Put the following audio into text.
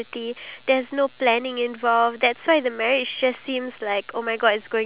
who has been married and then they already have kids for like a long time